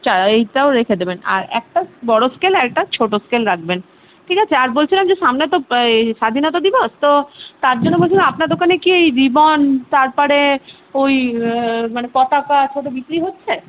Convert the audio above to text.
চাই আর এইটাও রেখে দেবেন আর একটা বড়ো স্কেল আর একটা ছোটো স্কেল রাখবেন ঠিক আছে আর বলছিলাম যে সামনে তো এই স্বাধীনতা দিবস তো তার জন্য বলছিলাম আপনার দোকানে কি রিবন তারপরে ওই মানে পতাকা ছোটো বিক্রি হচ্ছে